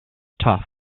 tough